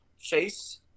Chase